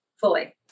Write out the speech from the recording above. fully